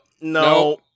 No